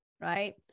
Right